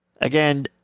Again